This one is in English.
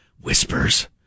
whispers